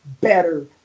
better